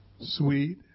sweet